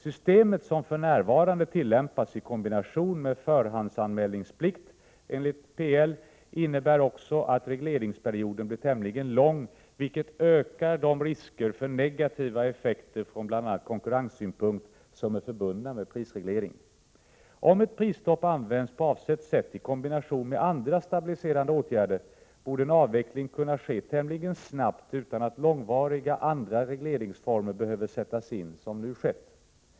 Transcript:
Systemet, som för närvarande tillämpas i kombination med förhandsanmälningsplikt enligt PL, innebär också att regleringsperioden blir tämligen lång, vilket ökar de risker för negativa effekter ur bl.a. konkurrenssynpunkt som är förbundna med prisreglering. Om ett prisstopp används på avsett sätt i kombination med andra stabiliserande åtgärder, borde en avveckling kunna ske tämligen snabbt utan att långvariga andra regleringsformer behöver sättas in såsom nu skett.